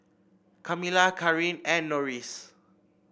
Kamilah Kareen and Norris